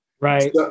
Right